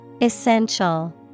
Essential